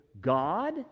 God